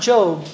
Job